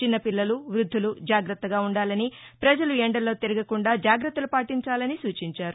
చిన్న పిల్లలు వ్బద్గులు జాగత్తగా ఉండాలని ప్రజలు ఎండల్లో తిరగకుండా జాగ్రత్తలు పాటించాలని సూచించారు